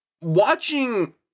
watching